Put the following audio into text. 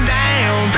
down